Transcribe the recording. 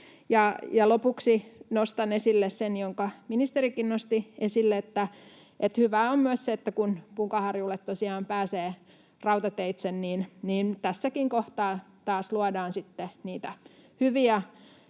Lopuksi nostan esille sen, jonka ministerikin nosti esille, että hyvää on myös se, että kun Punkaharjulle tosiaan pääsee rautateitse, niin tässäkin kohtaa taas luodaan hyviä